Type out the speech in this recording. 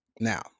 Now